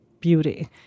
beauty